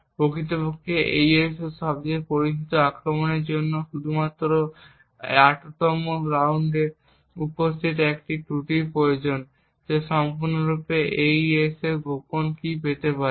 প্রকৃতপক্ষে AES তে সবচেয়ে পরিচিত আক্রমণের জন্য শুধুমাত্র 8 তম রাউন্ডে উপস্থিত একটি একক ত্রুটি প্রয়োজন যা সম্পূর্ণরূপে AES গোপন কী পেতে পারে